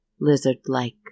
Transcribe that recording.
lizard-like